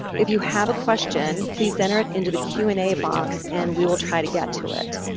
if you have a question, please enter it into the q and a box and we will try to get to it.